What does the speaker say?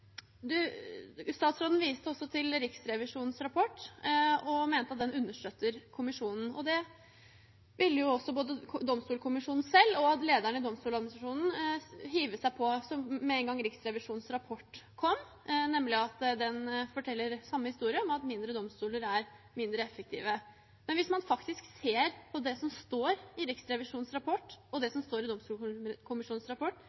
Statsråden viste også til Riksrevisjonens rapport og mente at den understøtter kommisjonens, og det ville jo både Domstolkommisjonen selv og lederen i Domstoladministrasjonen hive seg på med én gang Riksrevisjonens rapport kom – nemlig at den forteller samme historie om at mindre domstoler er mindre effektive. Men hvis man faktisk ser på det som står i Riksrevisjonens rapport, og det som står i Domstolkommisjonens rapport,